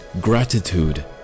gratitude